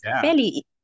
fairly